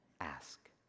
ask